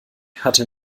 hatte